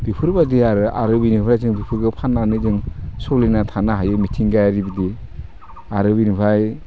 बिफोरबादि आरो आरो बिनिफ्राय जों बेफोरखो फाननानै जों सोलिना थानो हायो मिथिंगायारि बिदि आरो बेनिफ्राय